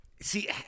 see